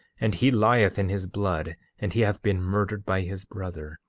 and he lieth in his blood and he hath been murdered by his brother,